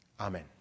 Amen